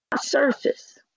surface